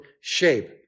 shape